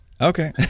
Okay